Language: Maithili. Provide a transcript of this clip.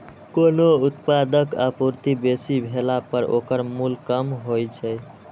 कोनो उत्पादक आपूर्ति बेसी भेला पर ओकर मूल्य कम होइ छै